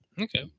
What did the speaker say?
okay